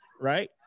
Right